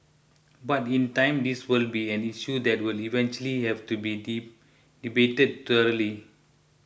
but in time this will be an issue that will eventually have to be debated thoroughly